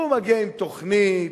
הוא מגיע עם תוכנית,